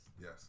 Yes